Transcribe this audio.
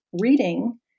reading